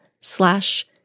slash